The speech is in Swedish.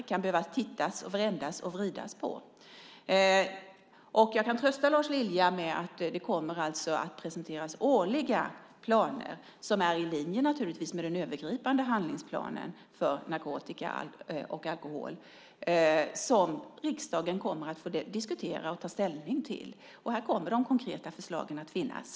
Man kan behöva titta, vända och vrida på det. Jag kan trösta Lars Lilja med att det kommer att presenteras årliga planer, som naturligtvis ligger i linje med den övergripande handlingsplanen för narkotika och alkohol, som riksdagen kommer att diskutera och ta ställning till. Här kommer de konkreta förslagen att finnas.